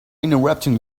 interrupting